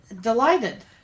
delighted